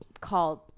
called